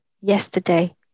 Yesterday